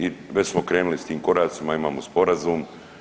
I već smo krenuli sa tim koracima, imamo sporazum.